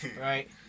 Right